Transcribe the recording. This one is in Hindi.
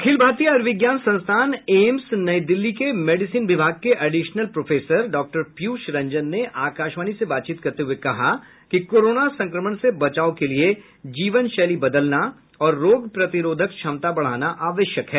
अखिल भारतीय आयूर्विज्ञान संस्थान एम्स नई दिल्ली के मेडिसिन विभाग के एडिशनल प्रोफेसर डॉ पीयूष रंजन ने आकाशवाणी से बातचीत करते हुए कहा कि कोरोना संक्रमण से बचाव के लिये जीवनशैली बदलना और रोग प्रतिरोधक क्षमता बढ़ाना आवश्यक है